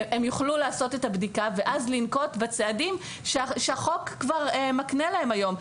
הם יוכלו לעשות את הבדיקה ואז לנקוט בצעדים שהחוק כבר מקנה להם היום,